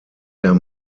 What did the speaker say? der